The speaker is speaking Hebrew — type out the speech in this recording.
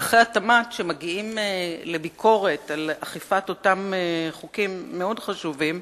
פקחי התמ"ת שמגיעים לביקורת על אכיפת אותם חוקים מאוד חשובים,